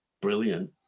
brilliant